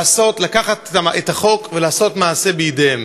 לקחת את החוק ולעשות מעשה בידיהם.